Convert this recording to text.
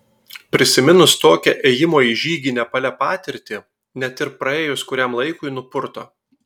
prisiminus tokią ėjimo į žygį nepale patirtį net ir praėjus kuriam laikui nupurto